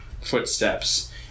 footsteps